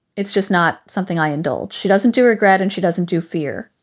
it's just not something i indulge. she doesn't do regret and she doesn't do fear.